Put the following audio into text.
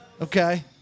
okay